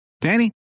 Danny